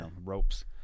ropes